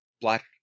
Black